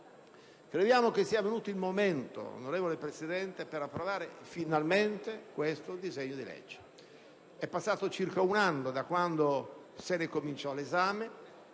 crediamo che sia venuto il momento di approvare finalmente il disegno di legge in esame. È passato circa un anno da quando se ne iniziò l'esame.